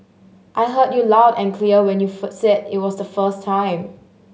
I heard you loud and clear when you said it was the first time